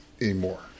anymore